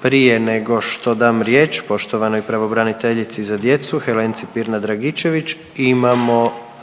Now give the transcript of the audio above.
Prije nego što dam riječ poštovanoj pravobraniteljici za djecu Helenci Pirnat Dragičević imamo